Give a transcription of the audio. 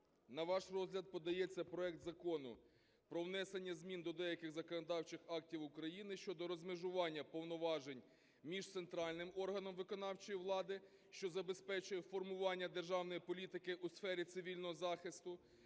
на ваш розгляд подається проект Закону про внесення змін до деяких законодавчих актів України щодо розмежування повноважень між центральним органом виконавчої влади, що забезпечує формування державної політики у сфері цивільного захисту,